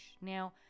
Now